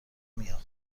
میان